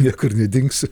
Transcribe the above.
niekur nedingsi